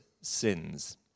sins